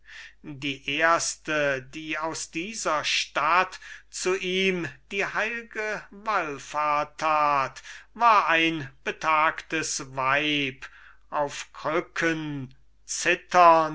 die erste die aus dieser stadt zu ihm die heilge wallfahrt tat war ein betagtes weib auf krücken zitternd